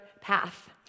path